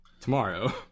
tomorrow